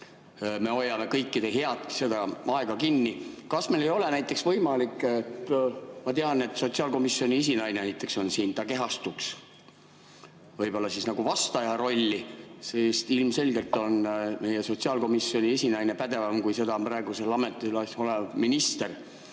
Me hoiame kõikide head aega kinni. Kas meil ei ole näiteks võimalik – ma tean, et sotsiaalkomisjoni esinaine on siin–, et ta kehastuks nagu vastaja rolli? Ilmselgelt on meie sotsiaalkomisjoni esinaine pädevam, kui seda on praegu ametis olev minister.